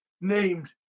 named